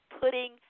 putting